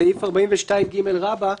סעיף 42ג' רבתי,